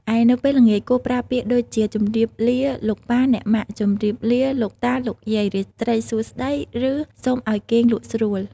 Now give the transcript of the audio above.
ឯ នៅពេលល្ងាច គួរប្រើពាក្យដូចជា ជម្រាបលាលោកប៉ាអ្នកម៉ាក់ ជំរាបលាលោកតាលោកយាយ រាត្រីសួស្តី ឬ សូមអោយគេងលក់ស្រួល។